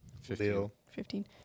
Fifteen